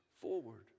forward